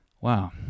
Wow